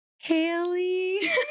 Haley